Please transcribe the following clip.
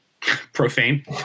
profane